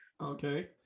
okay